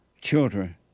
children